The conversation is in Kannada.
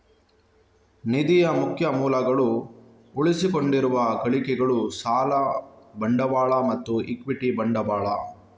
ನಿಧಿಯ ಮುಖ್ಯ ಮೂಲಗಳು ಉಳಿಸಿಕೊಂಡಿರುವ ಗಳಿಕೆಗಳು, ಸಾಲ ಬಂಡವಾಳ ಮತ್ತು ಇಕ್ವಿಟಿ ಬಂಡವಾಳ